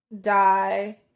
die